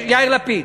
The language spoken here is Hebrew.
יאיר לפיד.